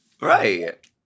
Right